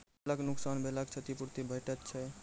फसलक नुकसान भेलाक क्षतिपूर्ति भेटैत छै?